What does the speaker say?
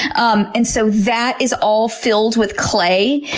um and so that is all filled with clay.